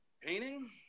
painting